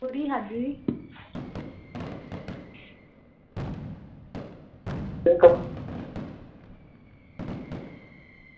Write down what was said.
जेह्दी जादै ई